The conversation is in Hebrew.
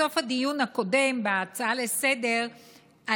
בסוף הדיון הקודם בהצעה לסדר-היום,